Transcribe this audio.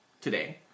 today